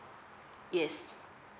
yes